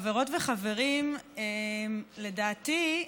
חברות וחברים, לדעתי,